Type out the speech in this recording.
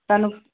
ਤੁਹਾਨੂੰ